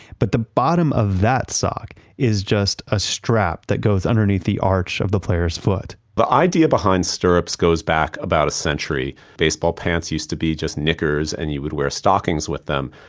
but the bottom of the sock, is just a strap that goes underneath the arch of the player's foot the idea behind stirrups goes back about a century. baseball pants used to be just knickers and you would wear stockings with them,